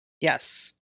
Yes